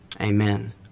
Amen